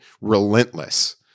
relentless